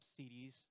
CDs